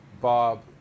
Bob